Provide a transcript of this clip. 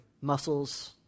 muscles